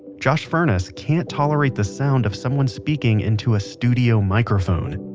josh furnas can't tolerate the sound of someone speaking into a studio microphone.